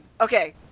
Okay